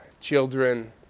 children